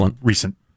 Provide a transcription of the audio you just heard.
recent